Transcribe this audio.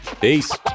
Peace